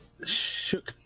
Shook